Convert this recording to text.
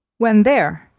when there,